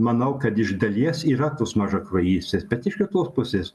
manau kad iš dalies yra tos mažakraujystės bet iš kitos pusės